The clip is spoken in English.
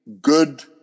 good